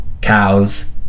cows